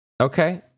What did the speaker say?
Okay